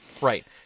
right